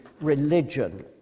religion